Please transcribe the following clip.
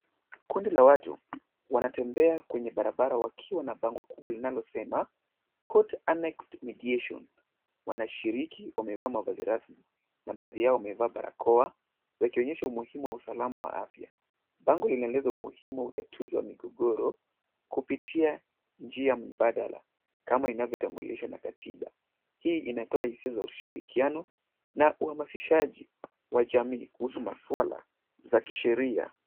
Kundi la watu wanatembea kwenye barabara wakiwa na bango kubwa linalosema, Court Annexed Mediation . Wanashiriki, wamevaa mavazi rasmi na baadhi yao wamevaa barakoa, wakionyesha umuhimu wa usalama wa afya. Bango linaeleza umuhimu wa utatuzi wa migogoro kupitia njia mbadala kama inavyotambulishwa na katiba. Hii inatoa hisia za ushirikiano na uhamasishaji wa jamii kuhusu masuala za kisheria.